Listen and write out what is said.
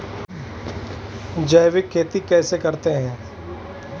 जैविक खेती कैसे करते हैं?